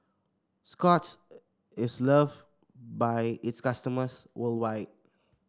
Scott's is love by its customers worldwide